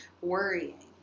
Worrying